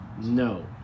No